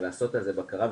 ולעשות לזה בקרה,